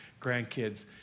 grandkids